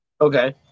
Okay